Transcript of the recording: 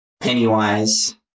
Pennywise